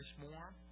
more